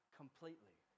completely